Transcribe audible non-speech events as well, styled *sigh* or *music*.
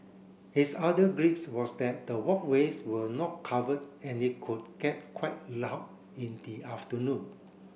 his other *unintelligible* was that the walkways were not covered and it could get quite loud in the afternoon